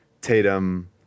Tatum